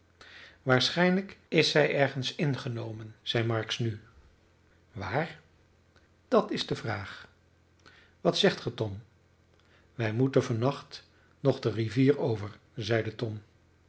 waarschijnlijk is zij ergens ingenomen zeide marks nu waar dat is de vraag wat zegt gij tom wij moeten van nacht nog de rivier over zeide tom